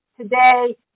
today